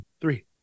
Three